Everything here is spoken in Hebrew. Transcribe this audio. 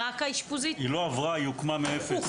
היא לא עברה, היא הוקמה מאפס.